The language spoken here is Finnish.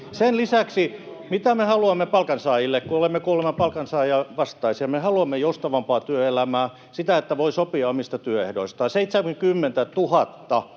sen lisäksi haluamme palkansaajille, kun olemme kuulemma palkansaajavastaisia? Me haluamme joustavampaa työelämää, sitä, että voi sopia omista työehdoistaan. 70 000